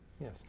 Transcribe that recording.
Yes